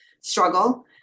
struggle